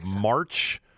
march